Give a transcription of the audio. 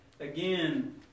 Again